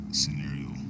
scenario